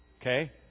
Okay